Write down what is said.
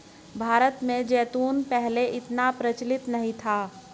भारत में जैतून पहले इतना प्रचलित नहीं था